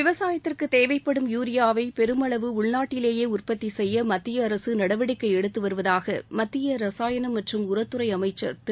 விவசாயத்திற்கு தேவைப்படும் யூரியாவை பெருமளவு உள்நாட்டிலேயே உற்பத்தி செய்ய மத்திய அரசு நடவடிக்கை எடுத்து வருவதாக மத்திய ரசாயனம் மற்றும் உரத்துறை அமைச்சர் திரு